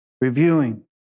reviewing